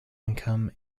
income